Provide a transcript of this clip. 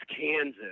Kansas